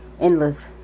Endless